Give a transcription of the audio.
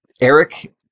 Eric